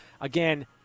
Again